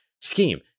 scheme